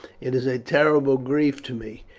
it is a terrible grief to me.